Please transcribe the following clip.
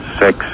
six